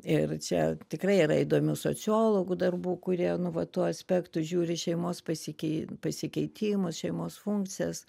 ir čia tikrai yra įdomių sociologų darbų kurie nu va tuo aspektu žiūri šeimos pasikei pasikeitimus šeimos funkcijas